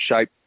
shape